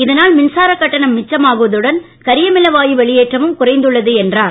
இதனால் மின்சாரக் கட்டணம் மிச்சமாகுவதுடன் கரியமில வாயு வெளியேற்றமும் குறைந்துள்ளது என்றார்